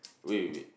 wait wait wait